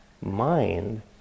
mind